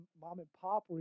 mom-and-pop